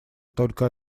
только